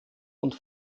und